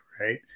right